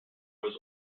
was